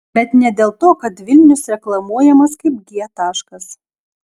bet ne dėl to kad vilnius reklamuojamas kaip g taškas